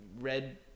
red